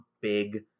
big